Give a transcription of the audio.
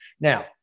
Now